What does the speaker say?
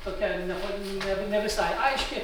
tokia ne pa ne ne visai aiški